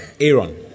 Aaron